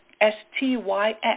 S-T-Y-X